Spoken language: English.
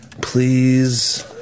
Please